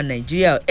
Nigeria